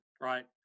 right